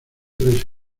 tres